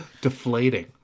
deflating